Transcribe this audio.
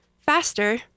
faster